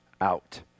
out